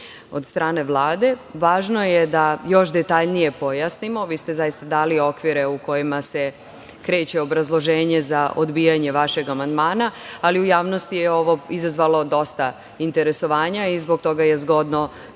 od strane Vlade. Važno je da još detaljnije pojasnimo, vi ste zaista dali okvire u kojima se kreće obrazloženje za odbijanje vašeg amandmana, ali u javnosti je ovo izazvalo dosta interesovanja i zbog toga je zgodno